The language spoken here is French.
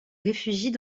réfugient